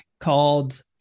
called